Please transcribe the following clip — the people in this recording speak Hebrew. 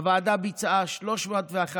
הוועדה ביצעה 301 דיונים,